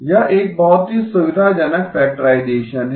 यह एक बहुत ही सुविधाजनक फैक्टराइजेसन है